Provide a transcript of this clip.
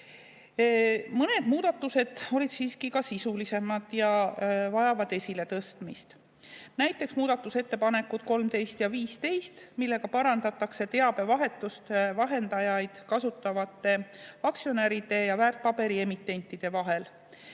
Mõned muudatused olid siiski sisulisemad ja vajavad esiletõstmist. Näiteks muudatusettepanekutega 13 ja 15 parandatakse teabevahetust vahendajaid kasutavate aktsionäride ja väärtpaberi emitentide vahel.